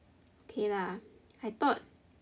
k lah I thought